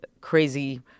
crazy